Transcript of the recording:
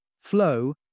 Flow